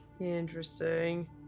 interesting